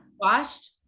washed